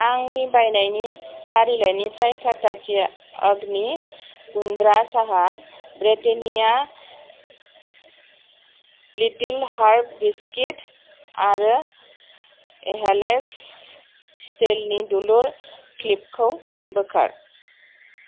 आंनि बायनायनि फारिलाइनिफ्राय टाटा टि अग्नि गुन्द्रा साहा ब्रिटेन्निया लिटिल हार्ट बिस्कुट आरो हेलेस स्टिलनि दुलुर क्लिपखौ बोखार